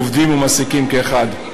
עובדים ומעסיקים כאחד.